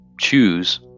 choose